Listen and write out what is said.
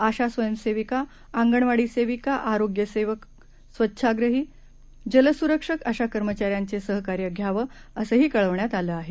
आशा स्वयंसेविका अंगणवाडी सेविका आरोग्य सेवक स्वच्छाप्रही जलसुरक्षक अशा कर्मचाऱ्यांचे सहकार्य घ्यावं असंही कळवण्यात आलं आहे